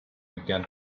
began